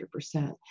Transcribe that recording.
100%